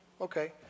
Okay